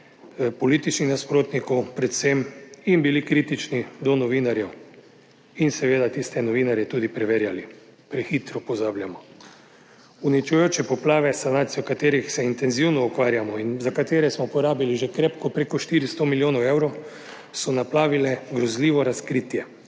političnih nasprotnikov predvsem, in bili kritični do novinarjev in seveda tiste novinarje tudi preverjali. Prehitro pozabljamo. Uničujoče poplave, s sanacijo katerih se intenzivno ukvarjamo in za katere smo porabili že krepko preko 400 milijonov evrov, so naplavile grozljivo razkritje.